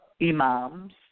Imams